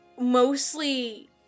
mostly